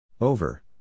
Over